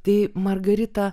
tai margarita